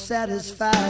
Satisfied